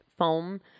foam